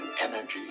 energy